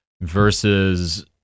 versus